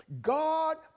God